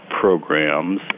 programs